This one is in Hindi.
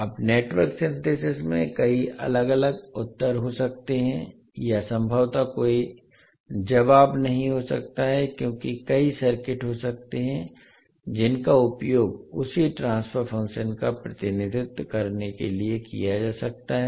अब नेटवर्क सिंथेसिस में कई अलग अलग उत्तर हो सकते हैं या संभवतः कोई जवाब नहीं हो सकता है क्योंकि कई सर्किट हो सकते हैं जिनका उपयोग उसी ट्रांसफर फंक्शन का प्रतिनिधित्व करने के लिए किया जा सकता है